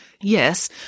Yes